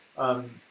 um,